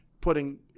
putting –